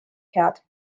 head